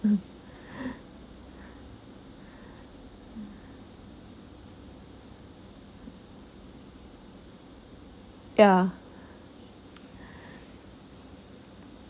yeah